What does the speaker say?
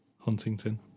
Huntington